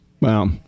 Wow